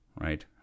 right